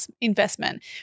investment